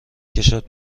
کشد